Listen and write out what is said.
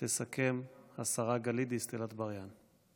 תסכם השרה גלית דיסטל אטבריאן.